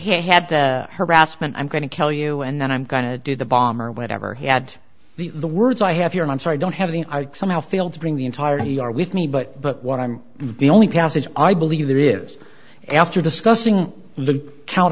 had the harassment i'm going to tell you and then i'm going to do the bomb or whatever he had the the words i have here and i'm sorry i don't have the i somehow failed to bring the entirety are with me but but what i'm the only passage i believe there is after discussing the count